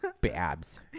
babs